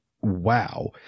wow